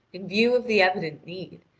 in view of the evident need,